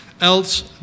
else